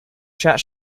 chat